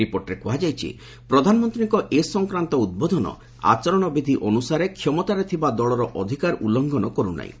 ରିପୋର୍ଟରେ କୁହାଯାଇଛି ପ୍ରଧାନମନ୍ତ୍ରୀଙ୍କ ଏ ସଂକ୍ରାନ୍ତ ଉଦ୍ବୋଧନ ଆଚରଣ ବିଧି ଅନୁସାରେ କ୍ଷମତାରେ ଥିବା ଦଳର ଅଧିକାର ଉଲ୍ଲଙ୍ଗନ କରୁ ନାହିଁ